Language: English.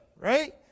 Right